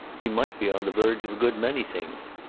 he might be on the verge of a good many things.